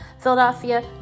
Philadelphia